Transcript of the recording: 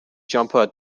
jumper